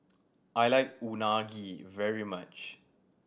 I like Unagi very much